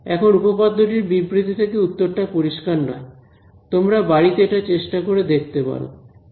এখন উপপাদ্যটির বিবৃতি থেকে উত্তরটা পরিষ্কার নয় তোমরা বাড়িতে এটা চেষ্টা করে দেখতে পারো